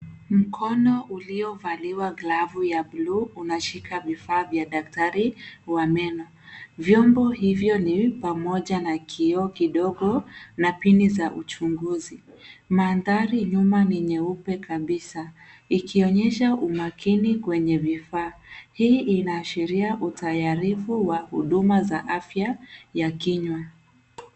Mkono uliovaliwa glovu ya bluu unashika vifaa vya daktari wa meno. Vyombo hivyo ni pamoja na kioo kidogo na pini za uchunguzi. Mandhari nyuma ni nyeupe, kabisa ikionyesha umakini kwenye vifaa, hii inaashiria utayarifu wa huduma za afya ya kinywa.